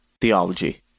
Theology